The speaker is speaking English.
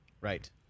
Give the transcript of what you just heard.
Right